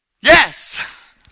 Yes